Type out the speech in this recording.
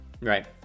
right